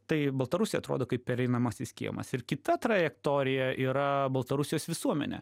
tai baltarusija atrodo kaip pereinamasis kiemas ir kita trajektorija yra baltarusijos visuomenė